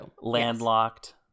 Landlocked